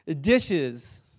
Dishes